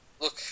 Look